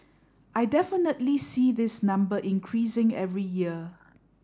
I definitely see this number increasing every year